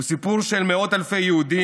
הוא סיפור של מאות אלפי יהודים,